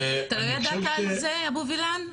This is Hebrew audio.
אתה לא ידעת על זה, אבו וילן?